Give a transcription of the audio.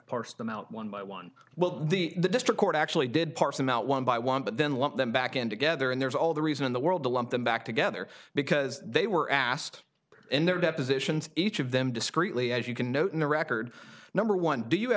parse them out one by one well the district court actually did parse them out one by one but then lump them back in together and there's all the reason in the world to lump them back together because they were asked in their depositions each of them discreetly as you can note in the record number one do you have